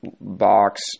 box